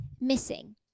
missing